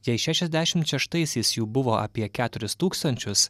jei šešiasdešimt šeštaisiais jų buvo apie keturis tūkstančius